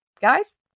guys